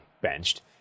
Benched